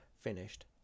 Finished